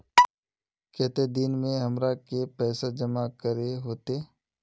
केते दिन में हमरा के पैसा जमा करे होते?